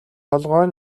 толгой